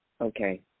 okay